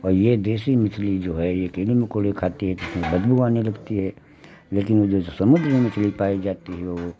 और ये देशी मछली जो है ये कीड़े मकौड़े खाते हैं तो इसमें बदबू आने लगती है लेकिन जो समुद्र में मछली पाई जाती है वो